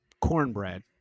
cornbread